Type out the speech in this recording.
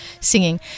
singing